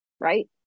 right